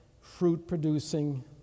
fruit-producing